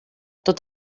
tot